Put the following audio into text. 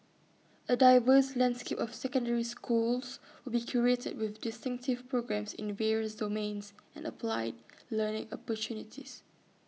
A diverse landscape of secondary schools will be created with distinctive programmes in various domains and applied learning opportunities